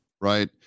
right